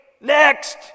Next